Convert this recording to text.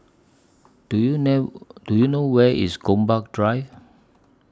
Do YOU Do YOU know Where IS Gombak Drive